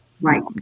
right